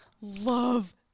love